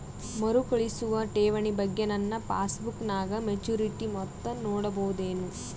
ಮರುಕಳಿಸುವ ಠೇವಣಿ ಬಗ್ಗೆ ನನ್ನ ಪಾಸ್ಬುಕ್ ನಾಗ ಮೆಚ್ಯೂರಿಟಿ ಮೊತ್ತ ನೋಡಬಹುದೆನು?